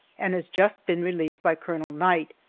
and has just been relieved by colonel knight,